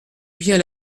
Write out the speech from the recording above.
bien